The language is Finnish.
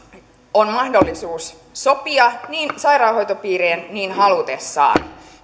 on mahdollisuus sopia niin sairaanhoitopiirien niin halutessa